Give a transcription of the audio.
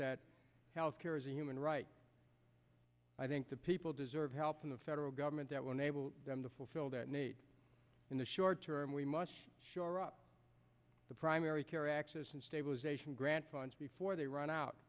that health care is a human right i think that people deserve help from the federal government able to fulfill that need in the short term we must shore up the primary care access and stabilization grant funds before they run out